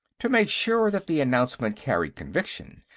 to make sure that the announcement carried conviction,